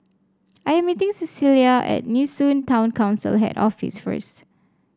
I am meeting Cecelia at Nee Soon Town Council Head Office first